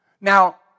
Now